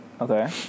Okay